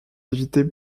éviter